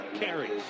carries